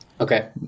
okay